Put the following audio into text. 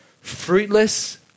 fruitless